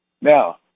Now